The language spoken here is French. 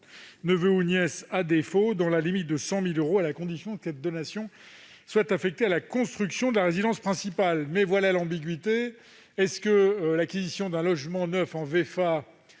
neveu ou nièce à défaut -, dans la limite de 100 000 euros et à la condition que la donation soit affectée à la construction de la résidence principale. Il existe cependant une ambiguïté : est-ce que l'acquisition d'un logement neuf en vente